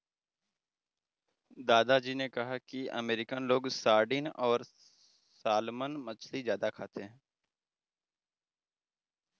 दादा जी ने कहा कि अमेरिकन लोग सार्डिन और सालमन मछली ज्यादा खाते हैं